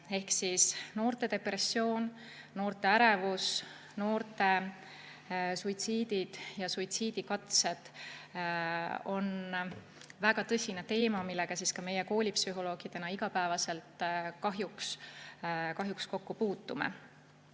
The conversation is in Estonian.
teinud. Noorte depressioon, noorte ärevus, noorte suitsiidid ja suitsiidikatsed on väga tõsine teema, millega ka meie koolipsühholoogidena kahjuks igapäevaselt kokku puutume.